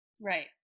right